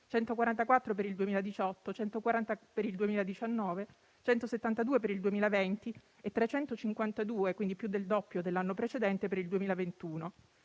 144 per il 2018, 140 per il 2019, 172 per il 2020 e 352 (quindi più del doppio dell'anno precedente) per il 2021.